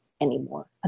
anymore